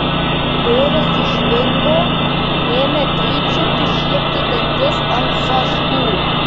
bėris sužvingo ėmė trypčioti šiepti dantis ant žąslų